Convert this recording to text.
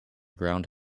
ground